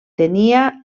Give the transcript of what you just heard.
tenia